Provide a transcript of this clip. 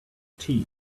tea